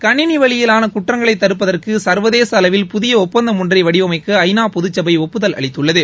கணினி வழியிவான குற்றங்களை தடுப்பதற்கு சா்வதேச அளவில் புதிய ஒப்பந்தம் ஒன்றை வடிவமைக்க ஐ நா பொதுச்சபை ஒப்புதல் அளித்துள்ளது